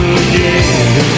again